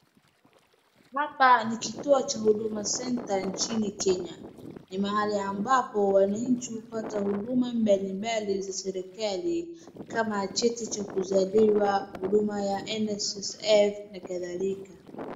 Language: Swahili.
Hapa ni kwa huduma center nchini Kenya. Ni mahali ambapo wananchi hupata huduma mbalimbali za serikali kama cheti cha kuzaliwa , huduma ya NSSF na kadhalika.